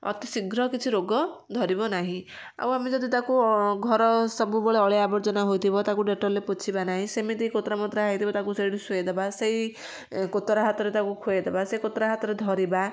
ଅତି ଶୀଘ୍ର କିଛି ରୋଗ ଧରିବ ନାହିଁ ଆଉ ଆମେ ଯଦି ତାକୁ ଘର ସବୁବେଳେ ଅଳିଆ ଆବର୍ଜନା ହୋଇଥିବ ତାକୁ ଡେଟଲରେ ପୋଛିବା ନାହିଁ ସେମିତି କୋତରା ମୋତରା ହେଇଥିବ ତାକୁ ସେଇଠି ଶୁଏଇ ଦବା ସେଇ କୋତରା ହାତରେ ତାକୁ ଖୁଏଇ ଦବା ସେଇ କୋତରା ହାତରେ ଧରିବା